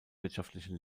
wirtschaftliche